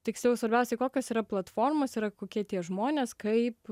tiksliau svarbiausiai kokios yra platformos yra kokie tie žmonės kaip